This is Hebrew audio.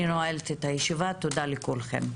אני נועלת את הישיבה, תודה לכולכם.